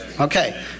okay